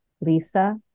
Lisa